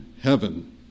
heaven